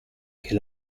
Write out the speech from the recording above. ché